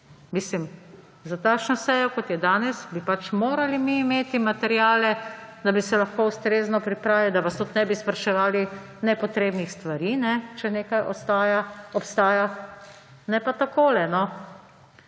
Mislim, za takšno sejo, kot je danes, bi mi pač morali imeti materiale, da bi se lahko ustrezno pripravili, da vas tudi ne bi spraševali nepotrebnih stvari, če nekaj obstaja, ne pa takole,